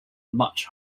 much